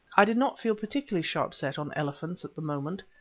i did not feel particularly sharp set on elephants at the moment.